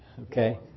Okay